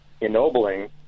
ennobling